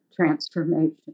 transformation